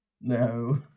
No